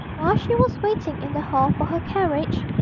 while she was waiting in the hall for her carriage,